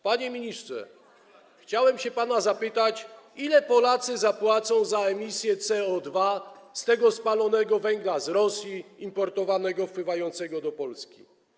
Panie ministrze, chciałem pana zapytać, ile Polacy zapłacą za emisję CO2 pochodzącą ze spalania tego węgla z Rosji, importowanego, wpływającego do Polski?